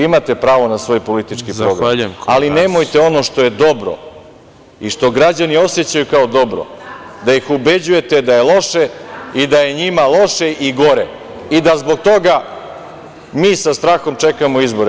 Vi imate pravo na svoj politički program, ali nemojte ono što je dobro i što građani osećaju kao dobro da ih ubeđujete da je loše i da je njima loše i gore i da zbog toga mi sa strahom čekamo izbore.